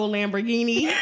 Lamborghini